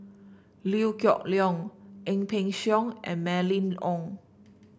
Liew Geok Leong Ang Peng Siong and Mylene Ong